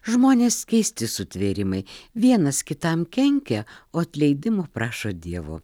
žmonės keisti sutvėrimai vienas kitam kenkia o atleidimo prašo dievo